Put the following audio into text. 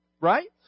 Right